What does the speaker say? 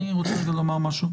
אני רוצה רגע לומר משהו.